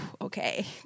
okay